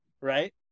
Right